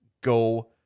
go